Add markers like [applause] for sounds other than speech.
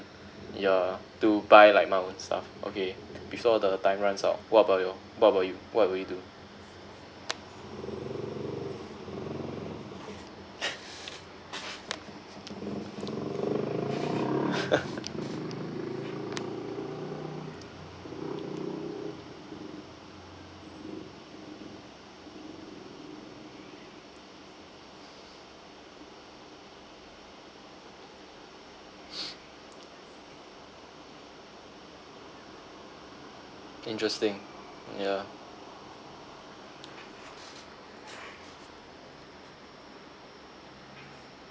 yeah to buy like my own stuff okay before the time runs out what about your what about you what would you do [breath] interesting yeah